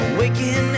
Awaken